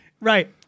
Right